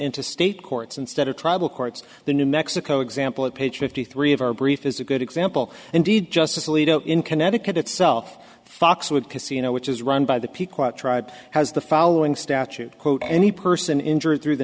into state courts instead of tribal courts the new mexico example at page fifty three of our brief is a good example indeed justice alito in connecticut itself fox would casino which is run by the tribe has the following statute quote any person injured through the